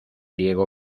diego